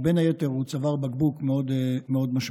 ובין היתר זה צוואר בקבוק מאוד משמעותי.